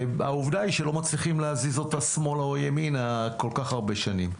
העובדה היא שלא מצליחים להזיז אותה שמאלה או ימינה כל כך הרבה שנים.